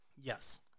Yes